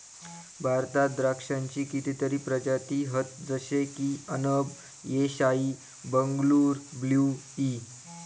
भारतात द्राक्षांची कितीतरी प्रजाती हत जशे की अनब ए शाही, बंगलूर ब्लू ई